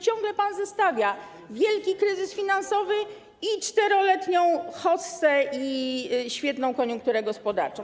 Ciągle pan zestawia wielki kryzys finansowy i 4-letnią hossę i świetną koniunkturę gospodarczą.